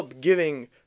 giving